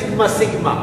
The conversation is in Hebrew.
אני רואה סיגמה סיגמה.